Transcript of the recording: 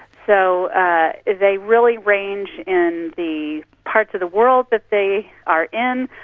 so they really range in the part of the world that they are in,